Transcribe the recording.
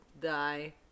die